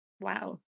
Wow